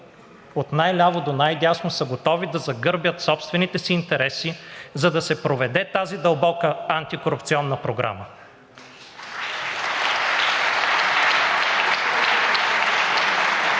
от най-ляво до най-дясно, са готови да загърбят собствените си интереси, за да се проведе тази дълбока антикорупционна програма.